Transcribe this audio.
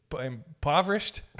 impoverished